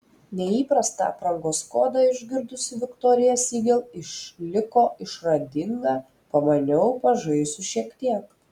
neįprastą aprangos kodą išgirdusi viktorija siegel išliko išradinga pamaniau pažaisiu šiek tiek